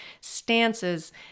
stances